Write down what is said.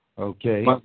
okay